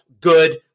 Good